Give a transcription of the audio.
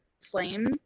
flame